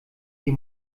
die